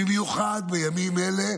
במיוחד בימים אלה,